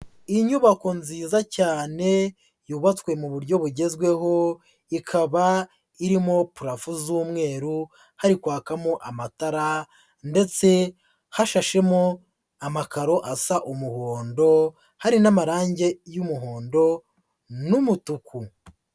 Inyubako nziza cyane yubatswe mu buryo bugezweho, ikaba irimo parafo z'umweru hari kwakamo amatara ndetse hashashemo amakaro asa umuhondo, hari n'amarangi y'umuhondo n'umutuku.